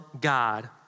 God